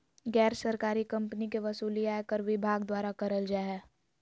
गैर सरकारी कम्पनी के वसूली आयकर विभाग द्वारा करल जा हय